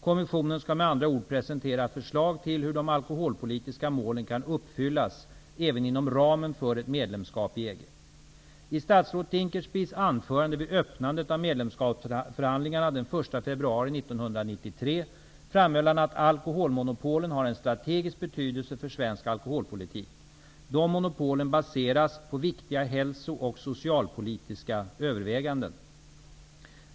Kommissionen skall med andra ord presentera förslag till hur de alkoholpolitiska målen kan uppfyllas, även inom ramen för ett medlemskap i 1993, framhöll han att alkoholmonopolen har en strategisk betydelse för svensk alkoholpolitik. De monopolen baseras på viktiga hälso och socialpolitiska överväganden.